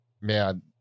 man